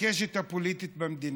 הקשת הפוליטית במדינה,